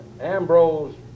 Ambrose